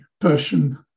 Persian